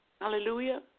Hallelujah